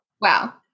wow